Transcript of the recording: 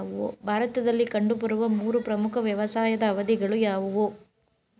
ಭಾರತದಲ್ಲಿ ಕಂಡುಬರುವ ಮೂರು ಪ್ರಮುಖ ವ್ಯವಸಾಯದ ಅವಧಿಗಳು ಯಾವುವು?